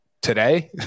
today